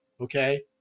okay